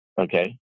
okay